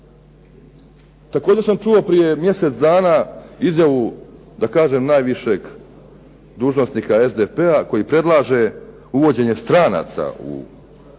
Također sam čuo prije mjesec dana izjavu da kažem najvišeg dužnosnika SDP-a koji predlaže uvođenje stranaca u